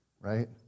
right